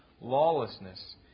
lawlessness